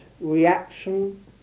reaction